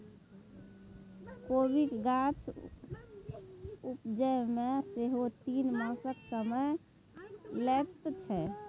कोबीक गाछ उपजै मे सेहो तीन मासक समय लैत छै